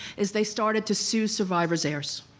is they started to sue survivors' heirs.